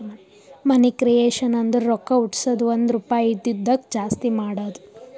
ಮನಿ creation ಅಂದುರ್ ರೊಕ್ಕಾ ಹುಟ್ಟುಸದ್ದು ಒಂದ್ ರುಪಾಯಿ ಇದಿದ್ದುಕ್ ಜಾಸ್ತಿ ಮಾಡದು